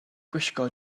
gwisgo